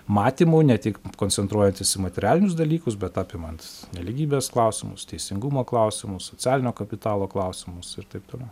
matymu ne tik koncentruojantis į materialinius dalykus bet apimant nelygybės klausimus teisingumo klausimus socialinio kapitalo klausimus ir taip toliau